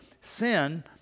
sin